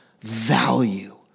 value